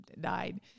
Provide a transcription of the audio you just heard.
died